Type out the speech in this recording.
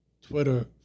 Twitter